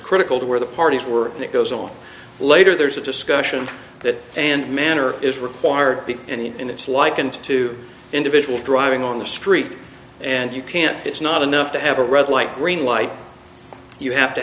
critical to where the parties were it goes on later there's a discussion that and manner is required and it's likened to individuals driving on the street and you can't it's not enough to have a red light green light you have to